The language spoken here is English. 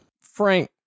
frank